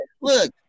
Look